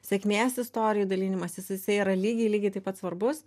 sėkmės istorijų dalinimasis jisai yra lygiai lygiai taip pat svarbus